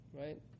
right